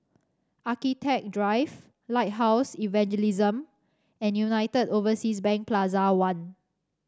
Architecture Drive Lighthouse Evangelism and United Overseas Bank Plaza One